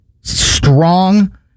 strong